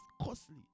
costly